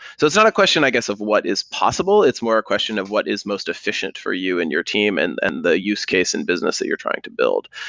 so it's not a question i guess of what is possible. it's more a question of what is most efficient for you and your team and and the use case and business that you're trying to build.